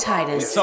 Titus